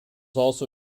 also